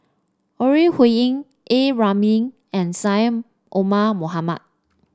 Ore Huiying A Ramli and Syed Omar Mohamed